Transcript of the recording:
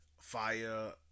fire